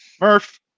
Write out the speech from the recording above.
Murph